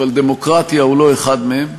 אבל "דמוקרטיה" הוא לא אחד מהם.